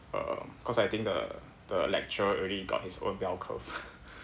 um cause I think the the lecturer already got his own bell curve